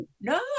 No